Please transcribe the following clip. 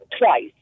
twice